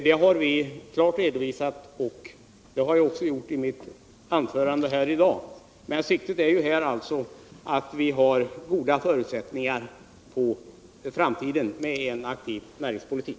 Detta har vi också redovisat i det material som gått in till departementet. Men vi har goda förutsättningar för framtiden med en aktiv näringspolitik.